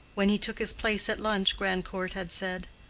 when he took his place at lunch, grandcourt had said,